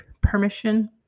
permission